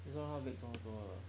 为什么他 bake 这么多的